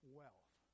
wealth